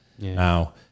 Now